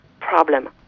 problem